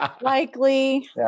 likely